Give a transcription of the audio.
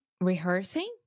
Rehearsing